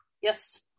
Yes